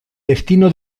destino